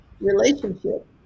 Relationship